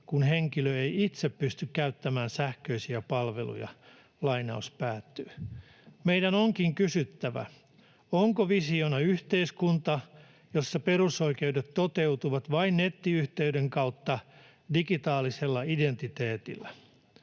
kun henkilö ei itse pysty käyttämään sähköisiä palveluja.” Meidän onkin kysyttävä: Onko visiona yhteiskunta, jossa perusoikeudet toteutuvat vain nettiyhteyden kautta digitaalisella identiteetillä?